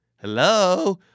Hello